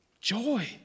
joy